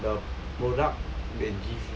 the product